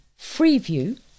Freeview